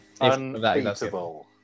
Unbeatable